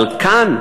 אבל כאן,